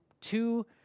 two